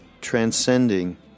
transcending